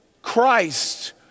Christ